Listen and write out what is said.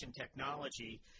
technology